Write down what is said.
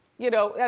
you know, yeah